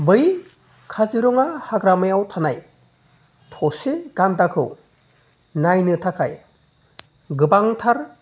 बै काजिरङा हाग्रामायाव थानाय थसे गान्दाखौ नायनो थाखाय गोबांथार